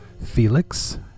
Felix